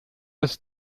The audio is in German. ist